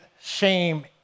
shame